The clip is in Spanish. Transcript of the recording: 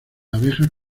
abejas